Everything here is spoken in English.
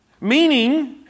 Meaning